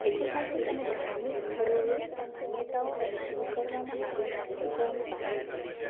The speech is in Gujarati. એતિહાસિક અને ધાર્મિક સ્થળોએ માન્યતાઓ અને અનુસરવામાં આવેલ રીતસરનું પાલન કરવું